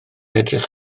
edrych